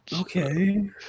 Okay